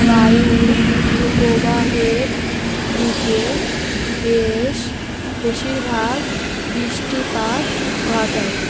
বায়ু প্রবাহের দিকে বেশ বেশিরভাগ বৃষ্টিপাত ঘটায়